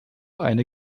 eine